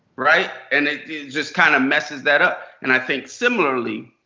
right? and it just kind of messes that up. and i think similarly,